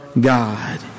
God